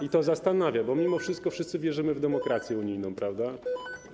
I to zastanawia, bo mimo wszystko wszyscy wierzymy w demokrację unijną, prawda?